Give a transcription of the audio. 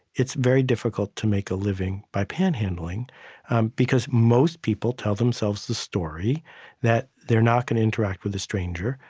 it's very difficult to make a living by panhandling because most people tell themselves the story that they're not going to interact with a stranger,